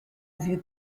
vue